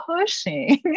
pushing